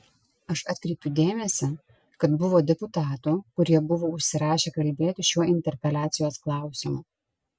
aš atkreipiu dėmesį kad buvo deputatų kurie buvo užsirašę kalbėti šiuo interpeliacijos klausimu